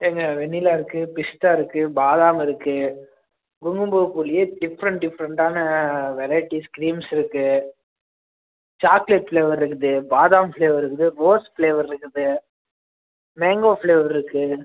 ஏங்க வெண்ணிலா இருக்குது பிஸ்தா இருக்குது பாதாம் இருக்குது குங்குமப்பூவிலேயே டிஃபெரெண்ட் டிஃபெரெண்ட்டான வெரைட்டிஸ் கிரீம்ஸ் இருக்குது சாக்லேட் ஃப்ளேவர் இருக்குது பாதாம் ஃப்ளேவர் இருக்குது ரோஸ் ஃப்ளேவர் இருக்குது மேங்கோ ஃப்ளேவர் இருக்குது